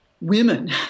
women